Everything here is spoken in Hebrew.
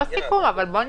של הפיילוט.